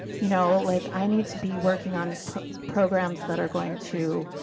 you know like i need to be working on programs that are going to,